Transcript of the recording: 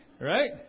right